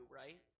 right